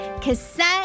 cassette